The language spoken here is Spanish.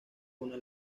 una